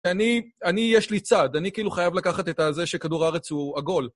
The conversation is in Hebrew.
אני, יש לי צד, אני כאילו חייב לקחת את זה שכדור הארץ הוא עגול.